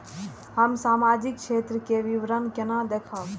हम सामाजिक क्षेत्र के विवरण केना देखब?